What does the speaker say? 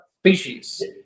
species